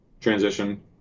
transition